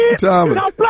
Thomas